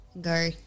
Go